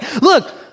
look